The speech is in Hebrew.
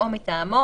או מטעמו,